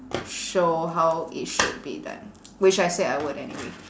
show how it should be done which I said I would anyway